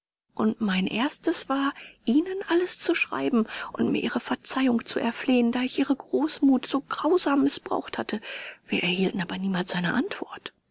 und mein erstes war ihnen alles zu schreiben und mir ihre verzeihung zu erflehen da ich ihre großmut so grausam mißbraucht hatte wir erhielten aber niemals eine antwort